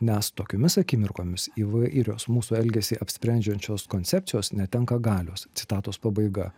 nes tokiomis akimirkomis įvairios mūsų elgesį apsprendžiančios koncepcijos netenka galios citatos pabaiga